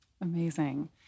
Amazing